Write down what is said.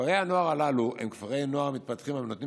כפרי הנוער הללו הם כפרי נוער מתפתחים הנותנים